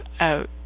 out